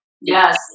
Yes